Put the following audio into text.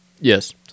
Yes